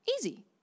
Easy